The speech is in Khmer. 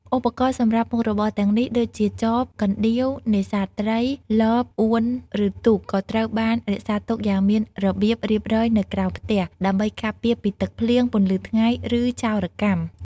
ឧបករណ៍សម្រាប់មុខរបរទាំងនេះ ដូចជា ចប កណ្ដៀវ នេសាទត្រី លប អួន ឬទូក ក៏ត្រូវបាន រក្សាទុកយ៉ាងមានរបៀបរៀបរយនៅក្រោមផ្ទះ ដើម្បីការពារពីទឹកភ្លៀង ពន្លឺថ្ងៃ ឬចោរកម្ម ។